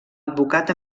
advocat